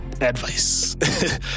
advice